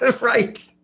Right